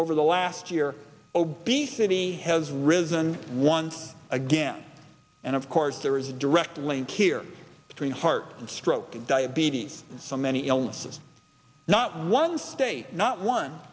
over the last year obesity has risen once again and of course there is a direct link here between heart and stroke and diabetes and so many illnesses not one state not one